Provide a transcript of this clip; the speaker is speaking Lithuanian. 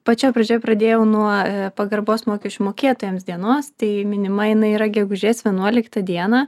pačioj pradžioj pradėjau nuo pagarbos mokesčių mokėtojams dienos tai minima jinai yra gegužės vienuoliktą dieną